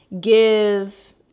give